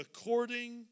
according